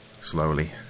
Slowly